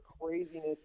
craziness